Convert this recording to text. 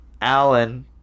Alan